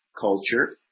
culture